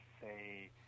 say